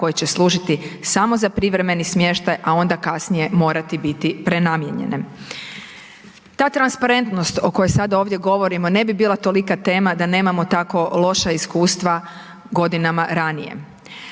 koje će služiti samo za privremeni smještaj, a onda kasnije morati biti prenamijenjene. Ta transparentnost o kojoj sada ovdje govorimo ne bi bila tolika tema da nema tako loša iskustva godinama ranije.